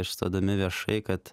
išstodami viešai bet